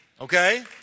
Okay